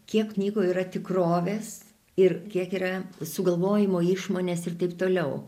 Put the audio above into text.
kiek knygų yra tikrovės ir kiek yra sugalvojimo išmonės ir taip toliau